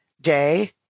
day